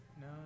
no